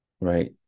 right